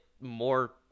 more